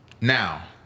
Now